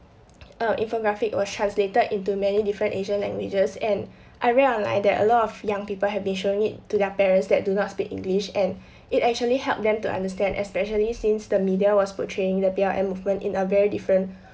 err infographic was translated into many different asian languages and I read online that a lot of young people have been showing it to their parents that do not speak english and it actually help them to understand especially since the media was portraying the B_L_M movement in a very different